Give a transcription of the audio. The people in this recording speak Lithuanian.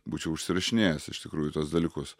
būčiau užsirašinėjęs iš tikrųjų tuos dalykus